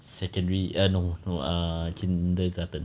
secondary ah no no err kindergarten